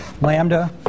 Lambda